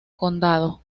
condado